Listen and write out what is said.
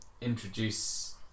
introduce